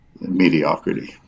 mediocrity